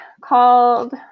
called